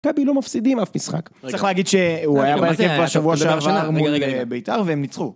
מכבי לא מפסידים אף משחק, צריך להגיד שהוא היה בשבוע שעבר מול בית"ר, והם ניצחו.